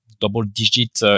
double-digit